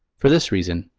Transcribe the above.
for this reason,